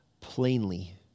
plainly